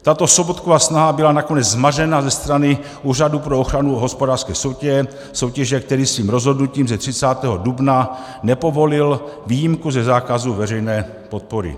Tato Sobotkova snaha byla nakonec zmařena ze strany Úřadu pro ochranu hospodářské soutěže, který svým rozhodnutím z 30. dubna nepovolil výjimku ze zákazu veřejné podpory.